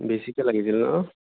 বেছিকে লাগিছিল ন'